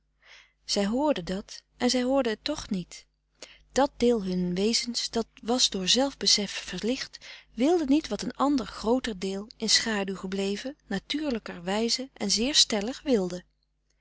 zij hoorden dat en zij hoorden het toch niet dat deel hun wezens dat was door zelfbesef verlicht wilde niet wat een ander grooter deel in schaduw gebleven frederik van eeden van de koele meren des doods natuurlijker wijze en zeer stellig wilde